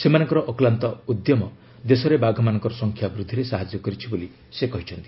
ସେମାନଙ୍କର ଅକ୍ଲାନ୍ତ ଉଦ୍ୟମ ଦେଶରେ ବାଘମାନଙ୍କ ସଂଖ୍ୟା ବୃଦ୍ଧିରେ ସାହାଯ୍ୟ କରିଛି ବୋଲି ସେ କହିଛନ୍ତି